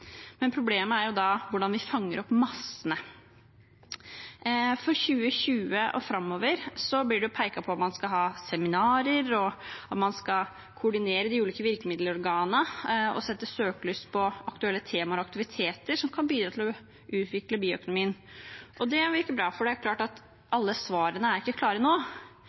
Problemet er hvordan vi fanger opp massene. For 2020 og framover blir det pekt på at man skal ha seminarer, koordinere de ulike virkemiddelorganene og sette søkelys på aktuelle temaer og aktiviteter som kan bidra til å utvikle bioøkonomien. Det virker bra, for det er klart at alle svarene ikke er klare nå.